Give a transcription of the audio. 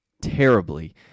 terribly